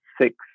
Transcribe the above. six